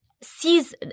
sees